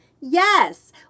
Yes